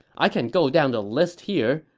i can go down the list here,